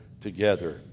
together